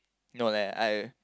no that I